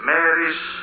Mary's